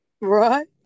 right